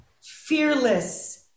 Fearless